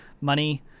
money